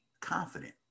confident